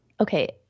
Okay